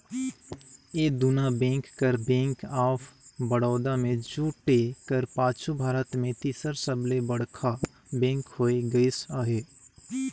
ए दुना बेंक कर bank of Baroda में जुटे कर पाछू भारत में तीसर सबले बड़खा बेंक होए गइस अहे